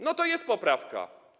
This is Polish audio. No to jest poprawka.